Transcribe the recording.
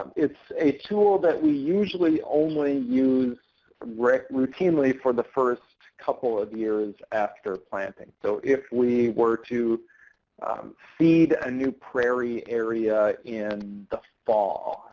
it's a tool that we usually only use routinely for the first couple of years after planting. so if we were to seed a new prairie area in the fall,